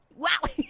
wow.